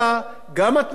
הכול מכלול אחד,